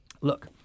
Look